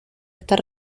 estar